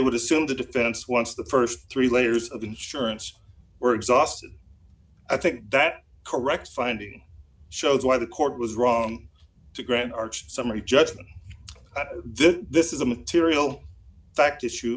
would assume the defense once the st three layers of insurance were exhausted i think that correct finding shows why the court was wrong to grant arch summary judgment this is a material fact issue